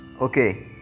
Okay